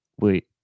wait